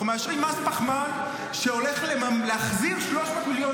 אנחנו מאשרים מס פחמן שהולך להחזיר 300 מיליון